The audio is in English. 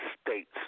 states